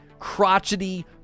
crotchety